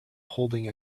holding